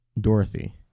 dorothy